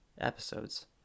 episodes